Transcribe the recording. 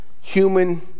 human